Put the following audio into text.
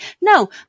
No